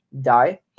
die